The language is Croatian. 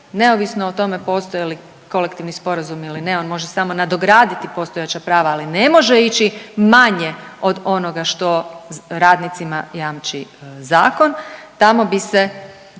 neovisno o tome postoji li kolektivni sporazum ili ne, on može samo nadograditi postojeća prava, ali ne može ići manje od onoga što radnicima jamči zakon, tamo bi se